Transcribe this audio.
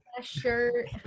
shirt